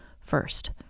first